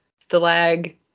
stalag